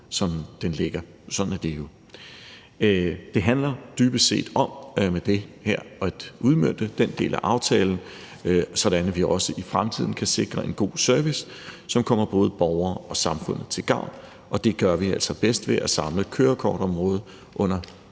som den ligger. Sådan er det jo. Det her handler dybest set om at udmønte den del af aftalen, så vi også i fremtiden kan sikre en god service, som kommer både borgere og samfundet til gavn. Det gør vi altså bedst ved at samle kørekortområdet under